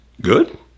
good